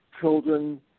Children